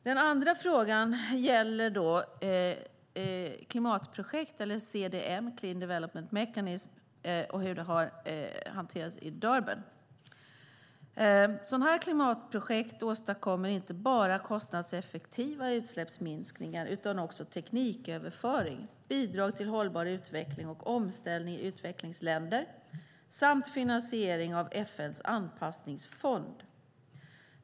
Den andra frågan gäller klimatprojektet CDM, clean development mechanism, och hur det har hanterats i Durban. Sådana klimatprojekt åstadkommer inte bara kostnadseffektiva utsläppsminskningar utan också tekniköverföring, bidrag till hållbar utveckling och omställning i utvecklingsländer samt finansiering av FN:s anpassningsfond.